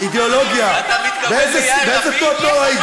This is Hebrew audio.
אתה מתכוון ליאיר לפיד?